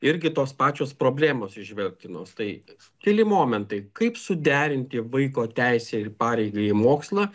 irgi tos pačios problemos įžvelgtinos tai keli momentai kaip suderinti vaiko teisę ir pareigą į mokslą